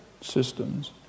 systems